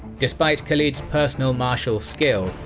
despite khalid's personal martial skill,